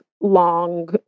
long